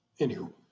Anywho